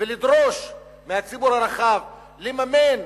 ולדרוש מהציבור הרחב לממן